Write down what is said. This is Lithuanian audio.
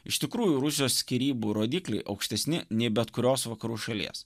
iš tikrųjų rusijos skyrybų rodikliai aukštesni nei bet kurios vakarų šalies